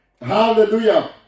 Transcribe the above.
Hallelujah